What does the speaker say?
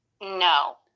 No